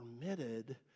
permitted